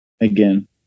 again